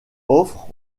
offre